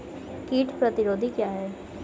कीट प्रतिरोधी क्या है?